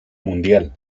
mundial